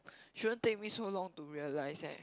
shouldn't take me so long to realise eh